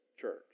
church